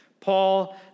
Paul